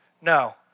No